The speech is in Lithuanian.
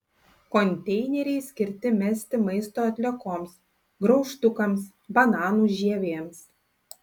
konteineriai skirti mesti maisto atliekoms graužtukams bananų žievėms